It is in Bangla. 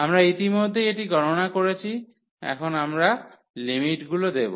আমরা ইতিমধ্যেই এটি গণনা করেছি এখন আমরা লিমিটগুলো দেব